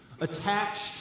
attached